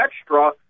extra